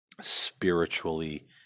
spiritually